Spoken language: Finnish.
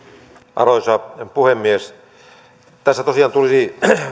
arvoisa puhemies tässä valiokuntakäsittelyssä tosiaan tuli